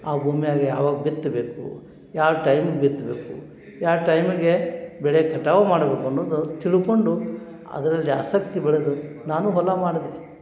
ಆ ಭೂಮಿಯಾಗ ಯಾವಾಗ ಬಿತ್ತಬೇಕು ಯಾವ್ ಟೈಮಿಗೆ ಬಿತ್ತಬೇಕು ಯಾವ ಟೈಮಿಗೆ ಬೆಳೆ ಕಟಾವು ಮಾಡ್ಬೇಕು ಅನ್ನುವುದು ತಿಳ್ಕೊಂಡು ಅದರಲ್ಲಿ ಆಸಕ್ತಿ ಬೆಳೆದು ನಾನು ಹೊಲ ಮಾಡಿದೆ